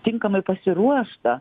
tinkamai pasiruošta